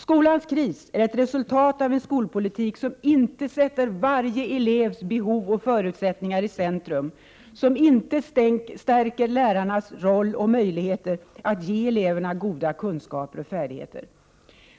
Skolans kris är resultatet av en skolpolitik, som inte sätter varje elevs behov och förutsättningar i centrum och som inte stärker lärarnas roll och möjligheter att ge eleverna goda kunskaper och färdigheter.